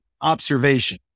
observation